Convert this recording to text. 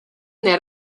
that